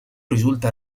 risulta